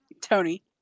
Tony